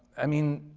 i mean,